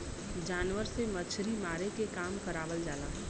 जानवर से मछरी मारे के काम करावल जाला